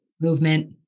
movement